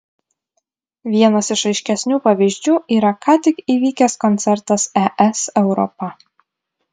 vienas aiškesnių pavyzdžių yra ką tik įvykęs koncertas es europa